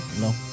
No